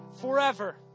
forever